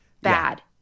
bad